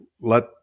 let